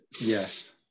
Yes